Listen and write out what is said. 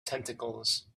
tentacles